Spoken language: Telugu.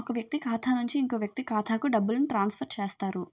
ఒక వ్యక్తి ఖాతా నుంచి ఇంకో వ్యక్తి ఖాతాకు డబ్బులను ట్రాన్స్ఫర్ చేస్తారు